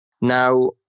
Now